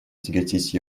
тяготить